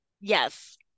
yes